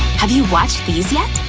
have you watched these yet?